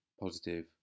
positive